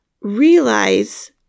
realize